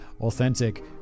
Authentic